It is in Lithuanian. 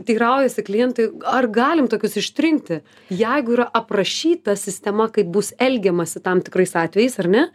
teiraujasi klientai ar galim tokius ištrinti jeigu yra aprašyta sistema kaip bus elgiamasi tam tikrais atvejais ar ne